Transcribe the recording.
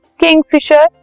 kingfisher